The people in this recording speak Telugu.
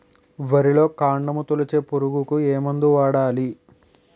వరిలో కాండము తొలిచే పురుగుకు ఏ మందు వాడాలి?